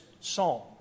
psalm